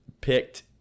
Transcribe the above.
picked